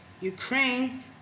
Ukraine